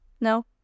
No